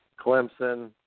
Clemson